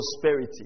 prosperity